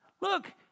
Look